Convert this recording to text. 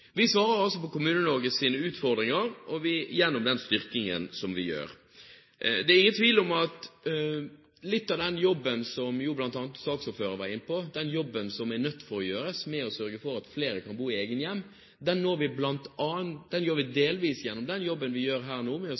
Vi svarer altså på Kommune-Norges utfordringer gjennom den styrkingen som vi gjør. Det er ingen tvil om at litt av den jobben som man er nødt til å gjøre, som bl.a. saksordføreren var inne på, med å sørge for at flere kan bo i egne hjem, gjør vi delvis gjennom den jobben vi gjør her nå, med